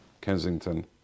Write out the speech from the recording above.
Kensington